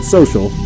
Social